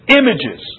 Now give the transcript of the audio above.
images